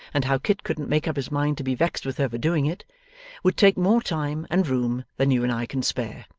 and how kit couldn't make up his mind to be vexed with her for doing it would take more time and room than you and i can spare.